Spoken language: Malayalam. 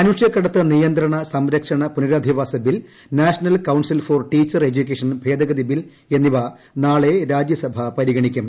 മനുഷ്യകടത്ത് നിയന്ത്രണ സംരക്ഷണ പുനരധിവാസ bill national council for teacher education ഭേദഗതി ബിൽ എന്നിവ നാളെ രാജ്യസ പരിഗണിക്കും